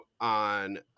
on